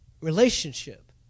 relationship